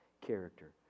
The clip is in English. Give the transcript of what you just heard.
character